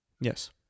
Yes